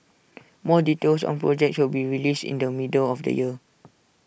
more details on projects will be released in the middle of the year